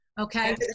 okay